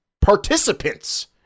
participants